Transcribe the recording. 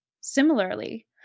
Similarly